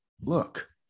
look